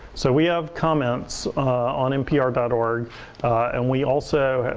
so we have comments on npr dot org and we also have,